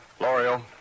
L'Oreal